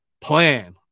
plan